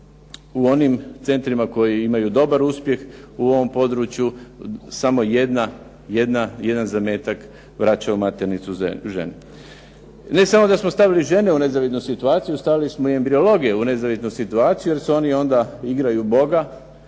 u onom centrima koji imaju dobar uspjeh u ovom području, samo jedan zametak vraća u maternicu žene. Ne samo da smo stavili žene u nezavidnu situaciju, stavili smo i embriologe u nezavidnu situaciju, jer se oni onda igraju Boga.